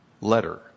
letter